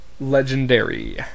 legendary